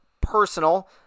personal